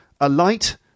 Alight